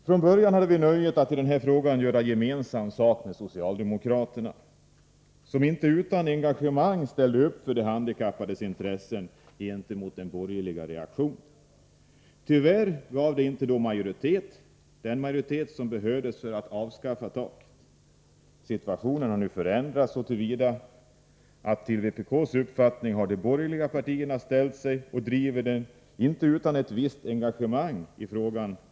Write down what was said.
Från början hade vi nöjet att i den här frågan göra gemensam sak med socialdemokraterna, som inte utan engagemang ställde upp för de handikappade gentemot den borgerliga reaktionen. Tyvärr hade vi då inte den majoritet som behövdes för att avskaffa taket. Situationen har nu förändrats så till vida att de borgerliga partierna har anslutit sig till vpk:s uppfattning och driver frågan inte utan visst engagemang.